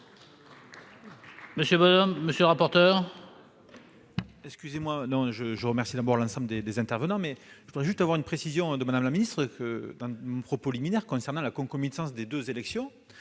Monsieur le rapporteur,